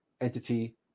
entity